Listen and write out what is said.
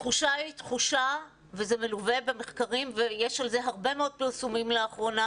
התחושה היא וזה מלווה במחקרים ויש על זה הרבה מאוד פרסומים לאחרונה